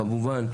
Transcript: כמובן,